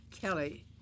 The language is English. Kelly